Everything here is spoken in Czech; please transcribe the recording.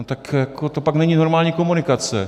No tak jako to pak není normální komunikace.